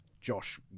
Josh